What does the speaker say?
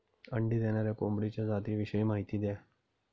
अंडी देणाऱ्या कोंबडीच्या जातिविषयी माहिती द्या